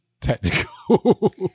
technical